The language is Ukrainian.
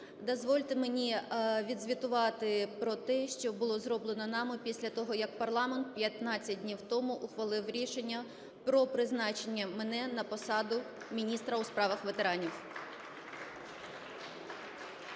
Дозвольте мені відзвітувати про те, що було зроблено нами після того, як парламент 15 днів тому ухвалив рішення про призначення мене на посаду міністра у справах ветеранів.